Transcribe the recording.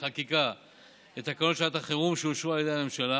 בחקיקה את תקנות שעת החירום שאושרו על ידי הממשלה.